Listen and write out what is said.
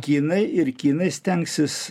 kinai ir kinai stengsis